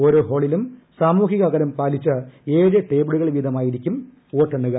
ഓരോ ഹാളിലും സാമൂഹിക അകലം പാലിച്ച് ഏഴ് ടേബിളുകളിൽ വീതമായിരിക്കും വോട്ടെണ്ണൽ